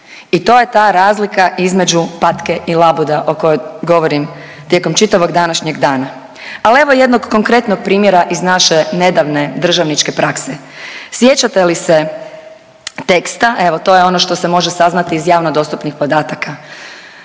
i to je ta razlika između patke i labuda o kojoj govorim tijekom čitavog današnjeg dana. Ali evo jednog konkretnog primjera iz naše nedavne državničke prakse. Sjećate li se teksta, evo to je ono što se može saznati iz javno dostupnih podataka,